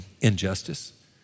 injustice